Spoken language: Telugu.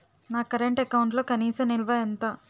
నా కరెంట్ అకౌంట్లో కనీస నిల్వ ఎంత?